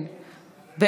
(הוראת שעה), התש"ף 2020, נתקבלה.